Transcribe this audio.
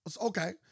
Okay